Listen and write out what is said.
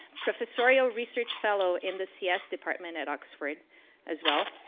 professor soral research fellow in the cs department at oxford as well.